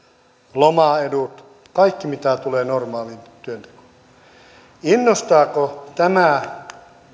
lomaedut kaikki mitä tulee normaaliin työntekoon innostaako tämä